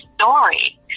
story